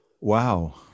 Wow